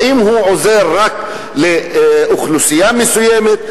האם הוא עוזר רק לאוכלוסייה מסוימת?